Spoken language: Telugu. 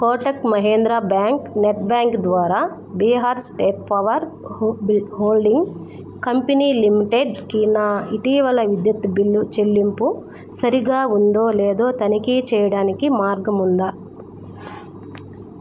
కోటక్ మహీంద్రా బ్యాంక్ నెట్బ్యాంక్ ద్వారా Bihar state power holding company లిమిటెడ్కి నా ఇటీవల విద్యుత్ బిల్లు చెల్లింపు సరిగ్గా ఉందో లేదో తనిఖీ చేయడానికి మార్గం ఉందా